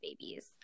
babies